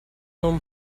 non